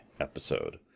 episode